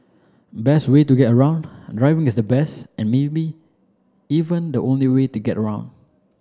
best way to get around driving is the best and maybe even the only way to get around